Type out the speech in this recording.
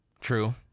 True